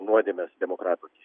nuodėmes demokratams